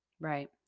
right